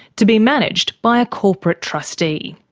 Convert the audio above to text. to be managed by a corporate trustee.